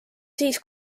siis